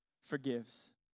forgives